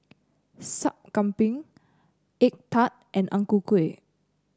Sup Kambing egg tart and Ang Ku Kueh